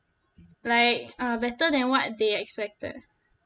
like uh better than what they expected